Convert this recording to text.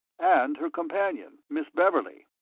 and her companion, miss beverley.